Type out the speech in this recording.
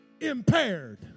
impaired